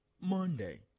Monday